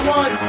one